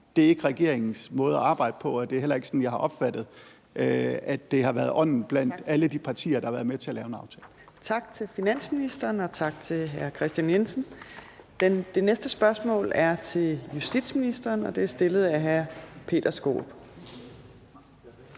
Det er ikke regeringens måde at arbejde på, og det er heller ikke det, jeg har opfattet har været ånden blandt alle de partier, der har været med til at lave en aftale. Kl. 15:54 Fjerde næstformand (Trine Torp): Tak til finansministeren, og tak til hr. Kristian Jensen. Det næste spørgsmål er til justitsministeren, og det er stillet af hr. Peter Skaarup.